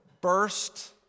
burst